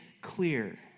clear